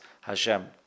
Hashem